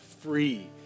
free